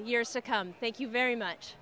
years to come thank you very much